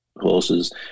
horses